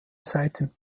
seiten